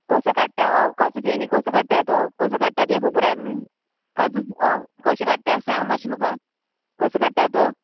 कसो काडटा हो कसो फेणी कसो काडटा तो कसो काडटा तें खबरान काजू ओ कशें काडटा सांग मातशें म्हाका कसो काडटा तो